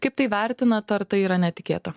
kaip tai vertinat ar tai yra netikėta